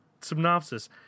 synopsis